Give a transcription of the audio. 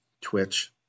Twitch